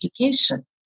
education